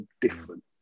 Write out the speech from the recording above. different